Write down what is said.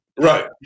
Right